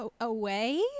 away